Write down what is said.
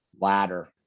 ladder